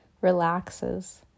relaxes